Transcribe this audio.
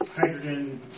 hydrogen